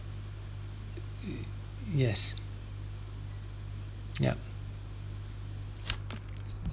yes yup